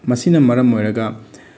ꯃꯁꯤꯅ ꯃꯔꯝ ꯑꯣꯏꯔꯒ